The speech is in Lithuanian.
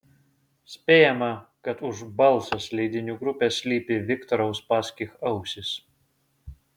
spėjama kad už balsas leidinių grupės slypi viktoro uspaskich ausys